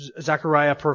Zechariah